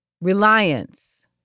reliance